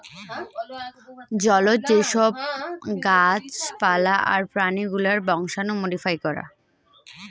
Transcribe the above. জলজ যে সব গাছ পালা আর প্রাণী গুলার বংশাণু মোডিফাই করা